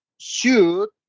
shoot